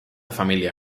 familia